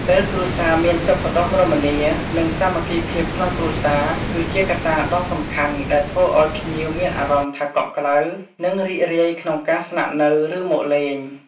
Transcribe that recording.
ពេលគ្រួសារមានសុខដុមរមនា និងសាមគ្គីភាពក្នុងគ្រួសារ គឺជាកត្តាដ៏សំខាន់ដែលធ្វើឲ្យភ្ញៀវមានអារម្មណ៍ថាកក់ក្ដៅ និងរីករាយក្នុងការស្នាក់នៅឬមកលេង។